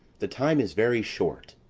the time is very short.